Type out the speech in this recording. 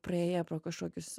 praėję pro kažkokius